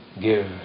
give